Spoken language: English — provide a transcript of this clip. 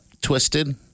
Twisted